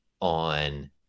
on